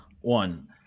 One